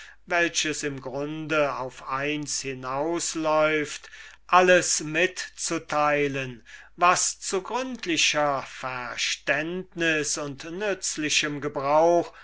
welches im grunde auf eins hinausläuft alles mitzuteilen was zu gründlicher verständnis und nützlichem gebrauch